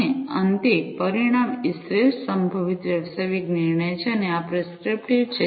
અને અંતે પરિણામ એ શ્રેષ્ઠ સંભવિત વ્યવસાયિક નિર્ણય છે અને આ પ્રિસ્ક્રિપ્ટિવ છે